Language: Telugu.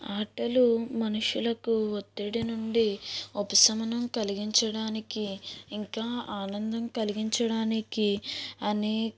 ఆటలు మనుషులకు ఒత్తిడి నుండి ఉపశమనం కలిగించడానికి ఇంకా ఆనందం కలిగించడానికి అనే